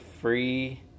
free